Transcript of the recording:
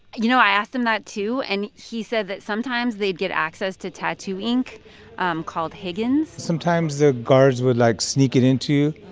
you know, i asked him that too and he said that sometimes they'd get access to tattoo ink um called higgins sometimes the guards would, like, sneak it into